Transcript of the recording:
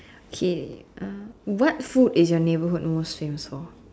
K uh what food is your neighbourhood most famous for